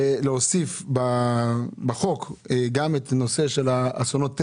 להוסיף בחוק גם את הנושא של אסונות טבע?